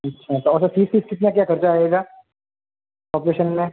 ठीक है और फीस वीस कितना क्या खर्चा आएगा ऑपरेशन में